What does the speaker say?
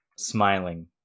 smiling